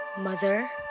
Mother